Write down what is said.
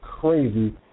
Crazy